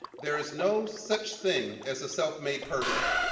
there is no such thing as a self-made person.